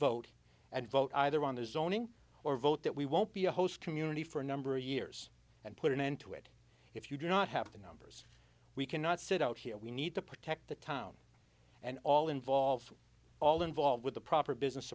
vote and vote either on the zoning or vote that we won't be a host community for a number of years and put an end to it if you do not have the numbers we cannot sit out here we need to protect the town and all involved all involved with the proper business